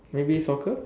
maybe soccer